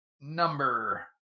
number